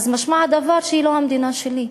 אז משמע הדבר שהיא לא המדינה שלי.